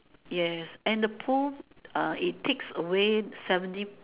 yes and the pool uh it takes away seventy